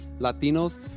Latinos